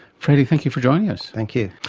freddy, thank you for joining us. thank you.